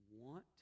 want